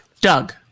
Doug